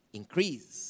increase